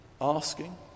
asking